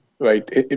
Right